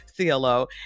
CLO